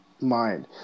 mind